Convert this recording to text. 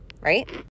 right